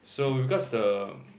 so with regards to the